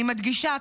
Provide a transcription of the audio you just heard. אני מדגישה,